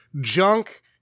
junk